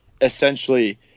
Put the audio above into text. essentially